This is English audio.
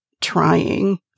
trying